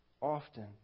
often